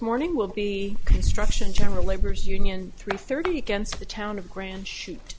morning will be construction general laborers union three thirty against the town of grand shoot